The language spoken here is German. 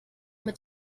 mit